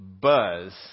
buzz